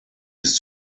bis